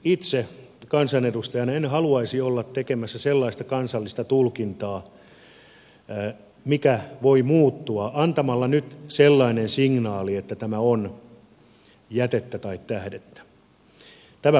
itse kansanedustajana en haluaisi olla tekemässä sellaista kansallista tulkintaa mikä voi muuttua antamalla nyt sellaisen signaalin että tämä on jätettä tai tähdettä